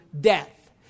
death